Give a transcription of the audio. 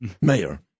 mayor